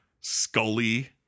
scully